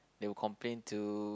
they will complain to